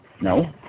No